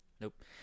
Nope